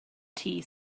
tea